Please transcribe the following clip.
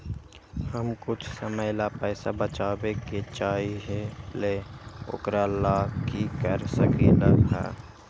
हम कुछ समय ला पैसा बचाबे के चाहईले ओकरा ला की कर सकली ह?